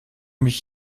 mich